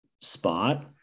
spot